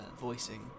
voicing